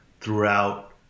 throughout